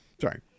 sorry